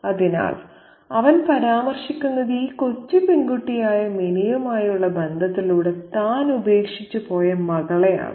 അതിനാൽ അവൻ പരാമർശിക്കുന്നത് ഈ കൊച്ചു പെൺകുട്ടിയായ മിനിയുമായുള്ള ബന്ധത്തിലൂടെ താൻ ഉപേക്ഷിച്ചുപോയ മകളെയാണ്